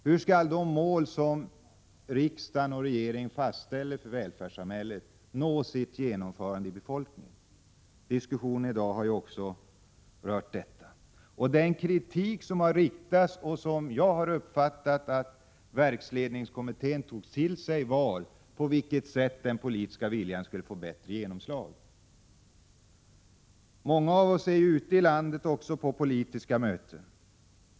Hur skall de mål som riksdagen och regeringen fastställer för välfärdssamhället förverkligas? Diskussionen i dag har ju också rört detta. Den kritik som har framförts, och som jag har uppfattat att verksledningskommittén tagit till sig, gällde på vilket sätt den politiska viljan skulle få bättre genomslag. Många av oss är ute i landet på politiska möten.